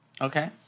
Okay